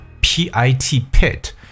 P-I-T-Pit